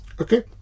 okay